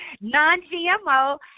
non-gmo